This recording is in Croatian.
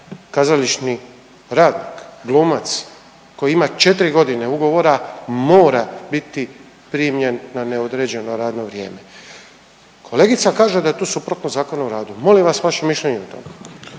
kazališni radnik, glumac koji ima četiri godine ugovora mora biti primljen na neodređeno radno vrijeme. Kolegica kaže da je to suprotno Zakonu o radu. Molim vas vaše mišljenje o tome.